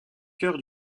cœur